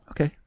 Okay